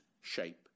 shape